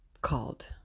called